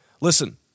Listen